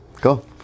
Go